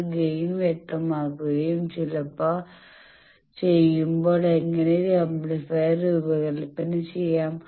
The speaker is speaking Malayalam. ഒരു ഗൈൻ വ്യക്തമാകുകയും ചെയ്യുമ്പോൾ എങ്ങനെ ആംപ്ലിഫയർ രൂപകൽപ്പന ചെയ്യാം